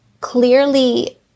clearly